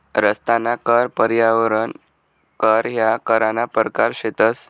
रस्ताना कर, पर्यावरण कर ह्या करना परकार शेतंस